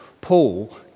Paul